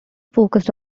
focused